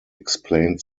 explained